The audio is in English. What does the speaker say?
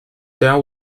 dow